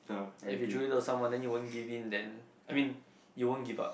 and if you truly love someone then you won't give in then I mean you won't give up